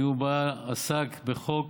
הדיון עסק בחוק